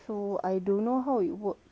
so I don't know how it works